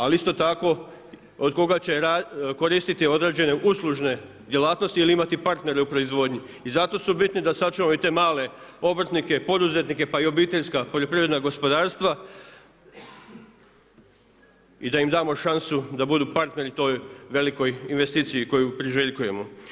Ali isto tako od koga će koristiti određene uslužne djelatnosti ili imate partnere u proizvodnji i zato su bitni da sačuvamo i te male obrtnike, poduzetnike, pa i obiteljska poljoprivredna gospodarstva i da im damo šansu da budu partneri toj velikoj investiciji koju priželjkujemo.